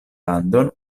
landon